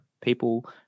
people